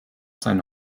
seinen